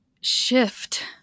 shift